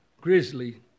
grizzly